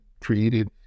created